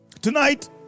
Tonight